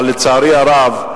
אבל לצערי הרב,